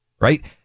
Right